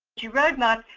to roadmap,